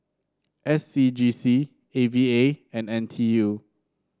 S C G C A V A and N T U